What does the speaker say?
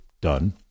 done